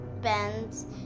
bends